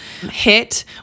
hit